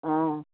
অঁ